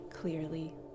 clearly